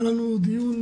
היה לנו דיון